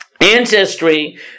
ancestry